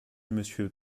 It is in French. monsieur